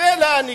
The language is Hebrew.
תראה לאן הגעתם: